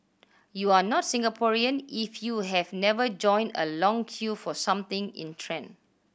you are not Singaporean if you have never joined a long queue for something in trend